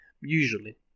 Usually